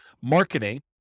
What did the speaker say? marketing